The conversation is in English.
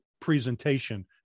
presentation